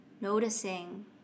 noticing